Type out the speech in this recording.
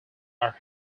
are